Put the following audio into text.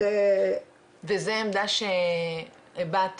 וזה עמדה שהבעת